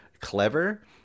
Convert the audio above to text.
clever